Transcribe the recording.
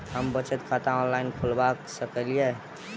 हम बचत खाता ऑनलाइन खोलबा सकलिये?